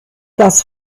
das